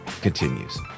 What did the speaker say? continues